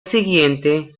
siguiente